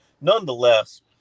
nonetheless